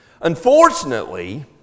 Unfortunately